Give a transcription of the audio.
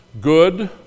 good